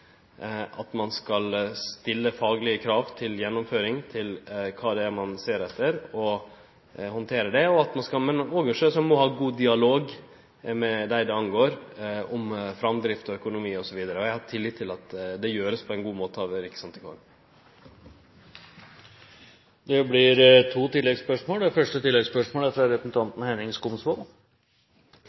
Ein skal stille faglege krav til gjennomføring, til kva det er ein ser etter, og handtere det. Men ein må sjølvsagt òg ha ein god dialog med dei det gjeld, om framdrift og økonomi osv. Eg har tillit til at det vert gjort på ein god måte av Riksantikvaren. Det blir